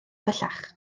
bellach